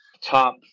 top